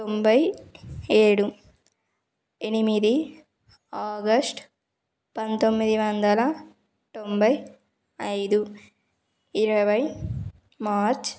తొంభై ఏడు ఎనిమిది ఆగస్ట్ పంతొమ్మిది వందల తొంభై ఐదు ఇరవై మార్చి